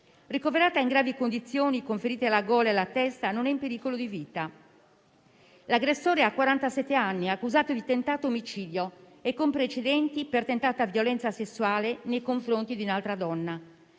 Ricoverata in gravi condizioni con ferite alla gola e alla testa, non è in pericolo di vita. L'aggressore, quarantasette anni, accusato di tentato omicidio e con precedenti per tentata violenza sessuale nei confronti di un'altra donna,